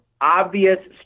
obvious